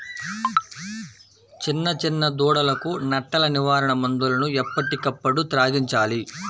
చిన్న చిన్న దూడలకు నట్టల నివారణ మందులను ఎప్పటికప్పుడు త్రాగించాలి